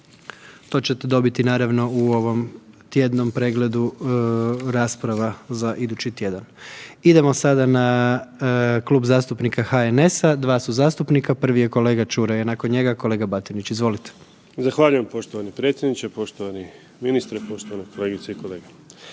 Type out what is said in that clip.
To ćete dobiti naravno u ovom tjednom prijedlogu rasprava za idući tjedan. Idemo sada na Klub zastupnika HNS-a dva su zastupnika, prvi je kolega Čuraj, nakon njega kolega Batinić. Izvolite. **Čuraj, Stjepan (HNS)** Zahvaljujem. Poštovani predsjedniče, poštovani ministre, poštovane kolegice i kolege.